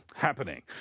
Happening